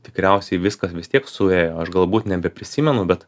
tikriausiai viskas vis tiek suėjo aš galbūt nebeprisimenu bet